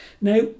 Now